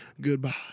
Goodbye